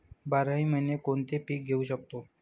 बाराही महिने कोणते पीक घेवू शकतो?